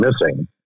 missing